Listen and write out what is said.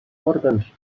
òrgans